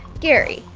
gary,